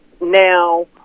now